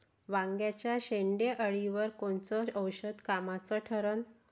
वांग्याच्या शेंडेअळीवर कोनचं औषध कामाचं ठरन?